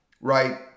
right